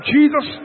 Jesus